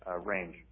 range